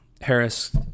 Harris